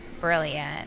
brilliant